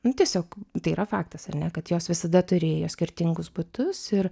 nu tiesiog tai yra faktas ar ne kad jos visada turėjo skirtingus butus ir